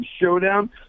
showdown